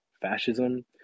fascism